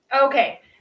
Okay